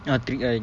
ah trick eye